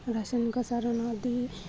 ରାସାୟନିକ ସାର ନଦେଇ